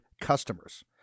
customers